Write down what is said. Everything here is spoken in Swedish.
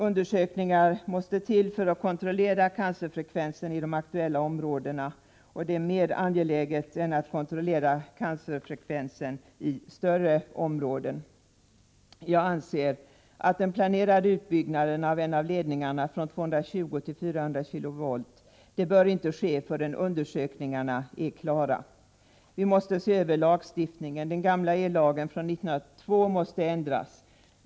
Undersökningar måste till som syftar till kontroll av cancerfrekvensen i de aktuella områdena. Det är mera angeläget än att kontrollera cancerfrekvensen inom hela kommunen. Jag anser att den planerade utbyggnaden av en av ledningarna från 220 till 400 kV inte bör ske förrän undersökningarna är klara. Vi måste se över lagstiftningen. Den gamla ellagen från 1902 måste ändras.